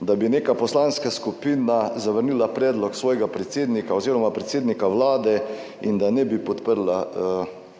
da bi neka poslanska skupina zavrnila predlog svojega predsednika oziroma predsednika Vlade, in da ne bi podprla njegovega